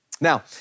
Now